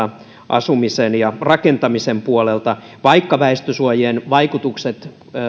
asumisen ja rakentamisen puolelta vaikka väestönsuojien vaikutukset